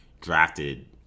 drafted